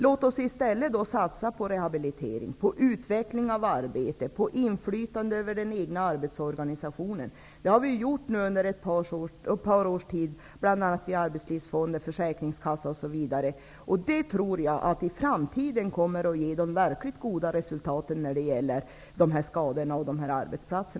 Låt oss i stället satsa på rehabilitering, på utveckling av arbetet och på inflytande över den egna arbetsorganisationen. Det har vi gjort under ett par års tid, bl.a. i Arbetslivsfonden, i försäkringskassorna osv. Jag tror att det i framtiden kommer att ge de verkligt goda resultaten när det gäller arbetsskador och arbetsplatser.